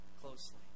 closely